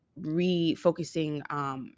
refocusing